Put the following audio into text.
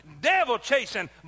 devil-chasing